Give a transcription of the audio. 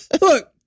Look